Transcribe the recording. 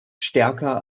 stärker